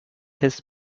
his